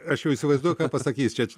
aš jau įsivaizduoju ką pasakys čia